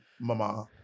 Mama